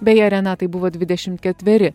beje renatai buvo dvidešim ketveri